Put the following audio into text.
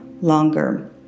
longer